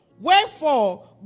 Wherefore